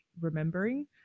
remembering